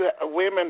women